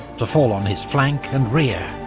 to fall on his flank and rear.